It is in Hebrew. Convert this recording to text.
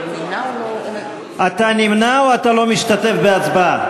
אתה נמנע או לא משתתף בהצבעה?